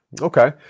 Okay